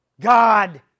God